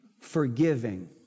Forgiving